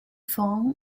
foam